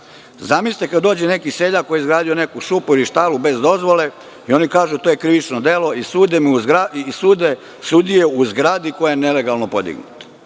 Zamislite kada dođe neki seljak koji je izgradio neku šupu ili štalu bez dozvole i oni kažu – to je krivično delo i sude sudije u zgradi koja je nelegalno podignuta.